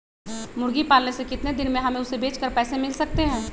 मुर्गी पालने से कितने दिन में हमें उसे बेचकर पैसे मिल सकते हैं?